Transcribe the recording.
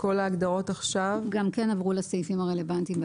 כל ההגדרות עכשיו גם כן עברו לסעיפים הרלוונטיים?